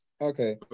okay